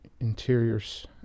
interiors